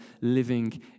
living